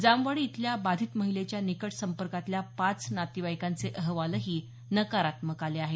जामवाडी इथल्या बाधित महिलेच्या निकट संपर्कातल्या पाच नातेवाईकांचे अहवालही नकारात्मक आले आहेत